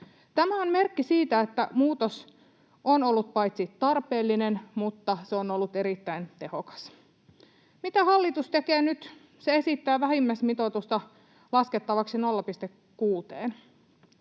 Tämä on merkki siitä, että muutos on ollut paitsi tarpeellinen myös erittäin tehokas. Mitä hallitus tekee nyt: se esittää vähimmäismitoitusta laskettavaksi 0,6:een.